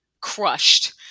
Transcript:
Crushed